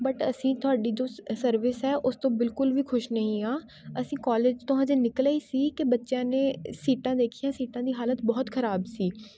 but ਅਸੀਂ ਤੁਹਾਡੀ ਜੋ ਅ ਸਰਵਿਸ ਹੈ ਉਸ ਤੋਂ ਬਿਲਕੁਲ ਵੀ ਖੁਸ਼ ਨਹੀਂ ਹਾਂ ਅਸੀਂ ਕੋਲਿਜ ਤੋਂ ਹਜੇ ਨਿਕਲੇ ਹੀ ਸੀ ਕਿ ਬੱਚਿਆਂ ਨੇ ਸੀਟਾਂ ਦੇਖੀਆਂ ਸੀਟਾਂ ਦੀ ਹਾਲਤ ਬਹੁਤ ਖਰਾਬ ਸੀ